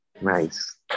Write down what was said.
Nice